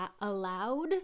allowed